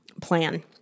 plan